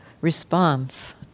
response